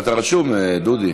אתה רשום, דודי.